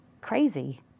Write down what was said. crazy